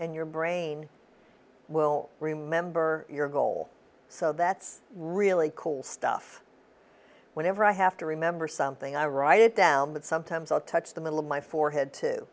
and your brain will remember your goal so that's really cool stuff whenever i have to remember something i write it down but sometimes i'll touch the middle of my forehead to